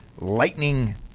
Lightning